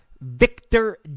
Victor